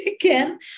again